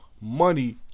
money